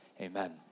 amen